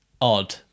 odd